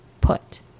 put